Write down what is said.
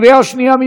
קריאה שנייה.